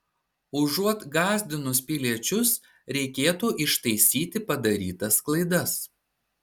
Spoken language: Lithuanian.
užuot gąsdinus piliečius reikėtų ištaisyti padarytas klaidas